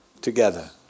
together